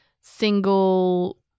single